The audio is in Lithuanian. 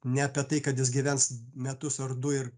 ne apie tai kad jis gyvens metus ar du ir